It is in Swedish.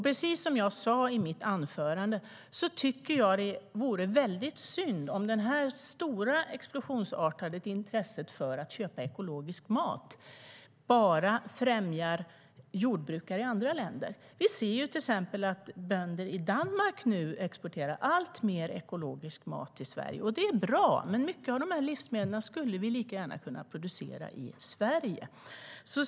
Precis som jag sa i mitt anförande vore det synd om det stora explosionsartade intresset för att köpa ekologisk mat bara främjar jordbrukare i andra länder. Vi ser till exempel att bönder i Danmark exporterar alltmer ekologisk mat till Sverige. Det är bra, men mycket av livsmedlen skulle vi lika gärna kunna producera i Sverige.